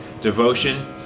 devotion